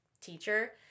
teacher